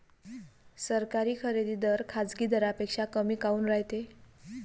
सरकारी खरेदी दर खाजगी दरापेक्षा कमी काऊन रायते?